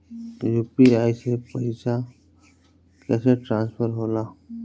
UPI से पैसा कैसे ट्रांसफर होला?